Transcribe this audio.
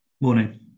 Morning